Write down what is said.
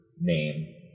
name